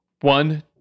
one